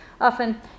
often